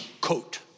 coat